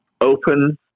open